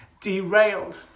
derailed